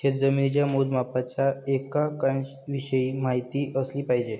शेतजमिनीच्या मोजमापाच्या एककांविषयी माहिती असली पाहिजे